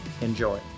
enjoy